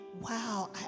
wow